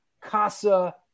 Casa